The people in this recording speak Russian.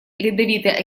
ледовитый